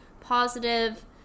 positive